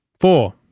Four